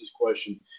question